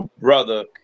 brother